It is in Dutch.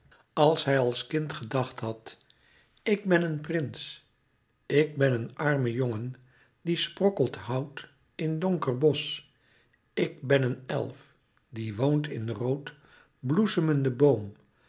als hij als kind gedacht had ik ben een prins ik ben een arme jongen die sprokkelt hout in donker bosch ik ben een elf die woont in rood bloesemenden boom